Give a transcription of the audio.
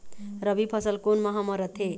रबी फसल कोन माह म रथे?